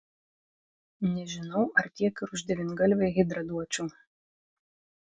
nežinau ar tiek ir už devyngalvę hidrą duočiau